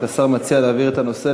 השר מציע להעביר את הנושא.